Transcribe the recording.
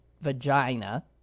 vagina